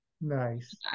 Nice